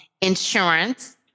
insurance